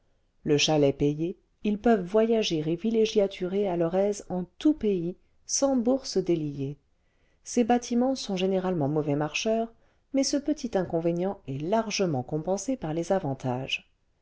le chalet payé ils peuvent voyager et villégiaturer à leur aise en tout pays sans bourse délier ces bâtiments sont généralement mauvais marcheurs mais ce petit inconvénient est largement compensé par l'es avantages